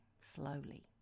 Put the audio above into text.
slowly